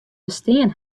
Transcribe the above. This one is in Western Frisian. bestean